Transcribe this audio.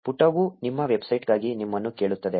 ಪುಟವು ನಿಮ್ಮ ವೆಬ್ಸೈಟ್ಗಾಗಿ ನಿಮ್ಮನ್ನು ಕೇಳುತ್ತದೆ